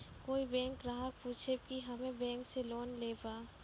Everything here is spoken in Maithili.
कोई बैंक ग्राहक पुछेब की हम्मे बैंक से लोन लेबऽ?